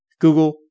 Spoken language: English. Google